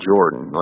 Jordan